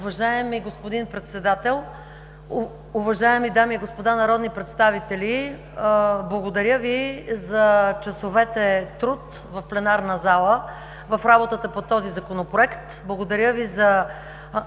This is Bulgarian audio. Уважаеми господин Председател, уважаеми дами и господа народни представители! Благодаря Ви за часовете труд в пленарната зала в работата по този Законопроект. Благодаря Ви за